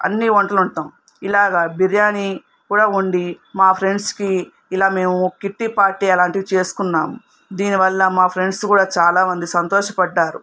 అన్ని వంటలు వండతం ఇలాగా బిర్యానీ కూడా వండి మా ఫ్రెండ్స్కి ఇలా మేము కిట్టి పార్టీ అలాంటివి చేసుకున్నాము దీనివల్ల మా ఫ్రెండ్స్ కూడా చాలామంది సంతోషపడ్డారు